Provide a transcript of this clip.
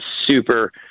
super